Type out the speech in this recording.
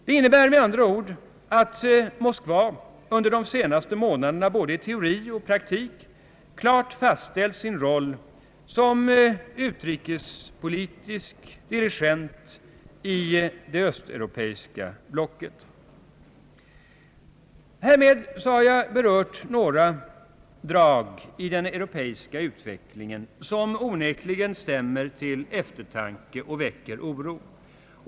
Det innebär med andra ord att Moskva under de senaste månaderna både i teori och i praktik klart fastställt sin roll som utrikespolitisk dirigent i det östeuropeiska blocket. Härmed har jag berört några drag i den europeiska utvecklingen som onekligen stämmer till eftertanke och väcker oro.